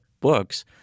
books